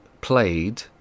Played